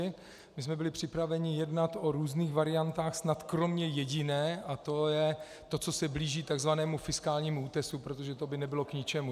My jsme byli připraveni jednat o různých variantách snad kromě jediné a to je to, co se blíží tzv. fiskálnímu útesu, protože to by nebylo k ničemu.